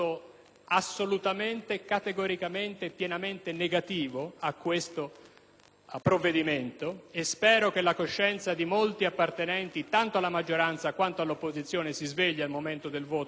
provvedimento, e spero che la coscienza di molti, appartenenti tanto alla maggioranza quanto all'opposizione, si svegli al momento del voto (non tanto sugli emendamenti che poco cambiano, ma sul provvedimento nel